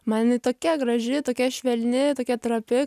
man jinai tokia graži tokia švelni tokia trapi